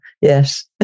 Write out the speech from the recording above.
Yes